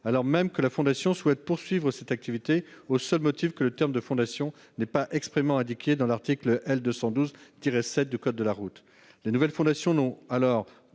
alors même que la fondation souhaite poursuivre cette activité, au seul motif que le terme de fondation n'est pas expressément indiqué dans l'article L. 213-7 du code de la route. Les nouvelles fondations n'ont alors